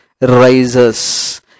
rises